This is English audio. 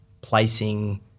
placing